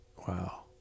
Wow